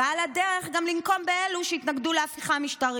ועל הדרך גם לנקום באלו שהתנגדו להפיכה המשטרית.